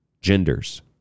genders